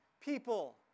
people